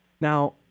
Now